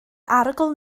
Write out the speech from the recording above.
arogl